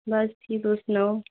बस ठीक तुस सनाओ